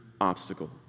obstacle